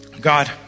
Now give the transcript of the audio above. God